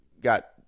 got